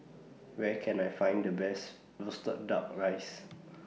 Where Can I Find The Best Roasted Duck Rice